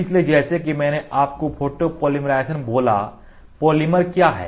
इसलिए जैसा कि मैंने आपको पॉलीमराइज़ेशन बोला पॉलीमर क्या है